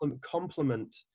complement